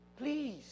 please